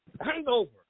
Hangover